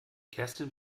kerstin